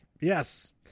Yes